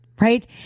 right